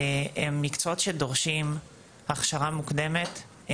הם מקצועות שדורשים הכשרה מוקדמת,